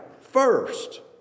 first